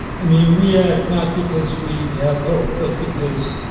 i mean, we act not because we have hope, but because